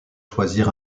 choisir